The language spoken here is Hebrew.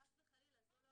חס וחלילה, זו לא הכוונה.